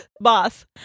Boss